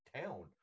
town